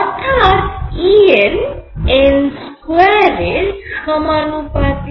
অর্থাৎ En n2এর সমানুপাতিক